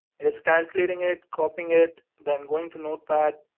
it is calculating it, copying it, then going to notepad,